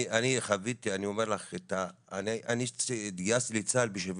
אני חוויתי אני אומר לך, אני התגייסתי לצה"ל ב-78'